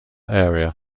area